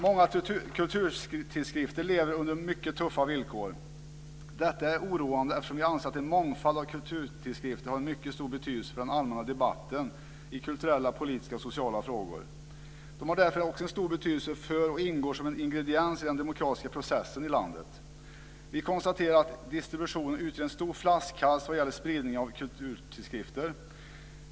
Många kulturtidskrifter lever under mycket tuffa villkor. Detta är oroande, eftersom vi anser att en mångfald av kulturtidskrifter har mycket stor betydelse för den allmänna debatten i kulturella, politiska och sociala frågor. De har därför också stor betydelse för och ingår som en ingrediens i den demokratiska processen i landet. Vi konstaterar att distributionen utgör en stor flaskhals när det gäller spridningen av kulturtidskrifter.